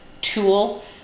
tool